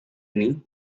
ini